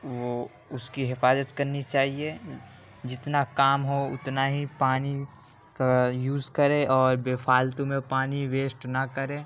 وہ اس کی حفاظت کرنی چاہیے جتنا کام ہو اتنا ہی پانی یوز کرے اور بے فالتو میں پانی ویسٹ نہ کریں